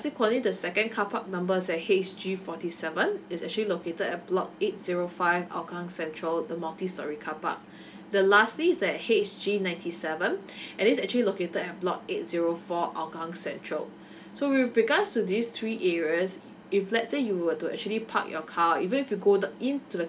subsequently the second carpark numbers a H G forty seven is actually located at block eight zero five hougang central the multistorey carpark the lastly is the H G ninety seven and this actually located at block eight zero four hougang central so with regards to this three areas if let's say you were to actually park your car even if you go down into the